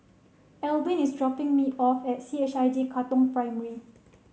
Albin is dropping me off at C H I J Katong Primary